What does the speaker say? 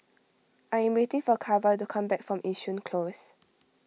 I am waiting for Cara to come back from Yishun Close